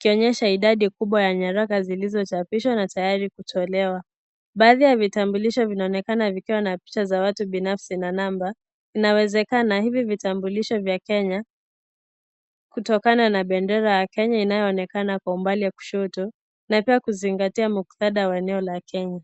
kiaonyesha idadi kubwa ya nyaraka zilizochapishwa na tayari kutolewa. Baadhi ya vitambulisho vinaonekana vikiwa na picha vya watu binafsi na namba inawezekana hivi ni vitambulisho vya Kenya kutokana na bendera ya kenya inayoonekana upande wa kushoto na pia kuzingatia muktadha wa eneo la kenya.